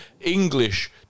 English